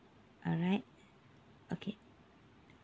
alright okay